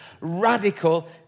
radical